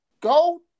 go